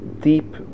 deep